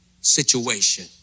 situation